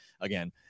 again